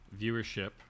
viewership